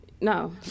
no